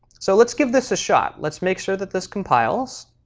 so let's give this a shot. let's make sure that this compiles.